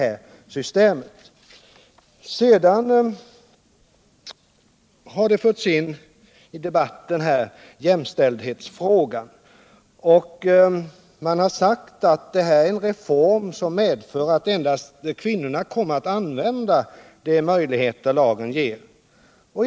Vidare har jämställdhetstfrågan förts in i debatten, och man har sagt att detta är en reform som medför att endast kvinnorna kommer att använda de möjligheter lagen ger.